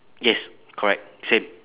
yes correct same